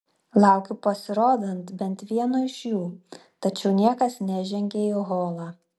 laukiu pasirodant bent vieno iš jų tačiau niekas nežengia į holą